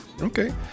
Okay